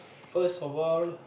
first of all